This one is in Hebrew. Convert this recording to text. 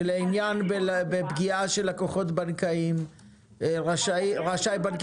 שלעניין פגיעה בלקוחות בנקאיים רשאי בנק